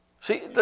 See